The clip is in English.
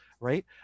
right